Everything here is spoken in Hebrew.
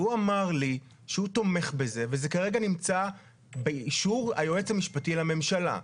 והוא אמר לי שהוא תומך בזה וזה כרגע נמצא באישור היועץ המשפטי לממשלה,